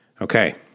Okay